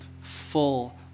full